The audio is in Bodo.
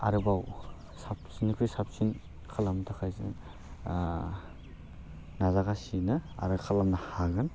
आरोबाव साबसिननिफ्राय साबसिन खालामनो थाखाय जों नाजगासिनो आरो खालामनो हागोन